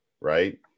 right